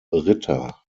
ritter